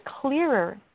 clearer